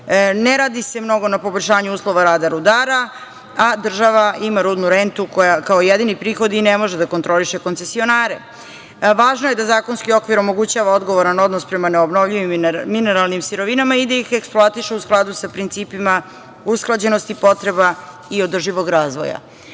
Ne radi se mnogo na poboljšanju uslova rada rudara, a država ima rudnu rentu kao jedini prihod i ne može da kontroliše koncesionare. Važno je da zakonski okvir omogućava odgovoran odnos prema neobnovljivim mineralnim sirovinama i da ih eksploatiše u skladu sa principima usklađenosti potreba i održivog razvoja. Ja,